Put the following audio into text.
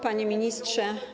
Panie Ministrze!